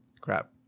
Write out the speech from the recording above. crap